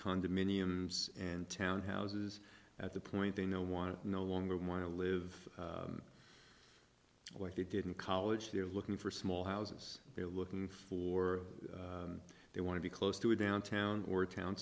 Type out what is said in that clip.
condominiums and town houses at the point they know want to no longer want to live like they did in college they're looking for small houses they're looking for they want to be close to a downtown or town